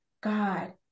God